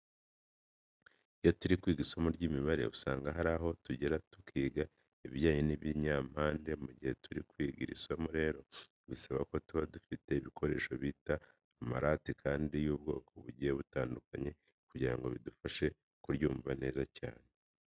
Iyo turi kwiga isomo ry'imibare usanga hari aho tugera tukiga ibijyanye n'ibinyampande. Mu gihe turi kwiga iri somo rero bisaba ko tuba dufite ibikoresho bita amarati kandi y'ubwoko bugiye butandukanye, kugira ngo bidufashe kuryumva neza cyane.